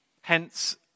Hence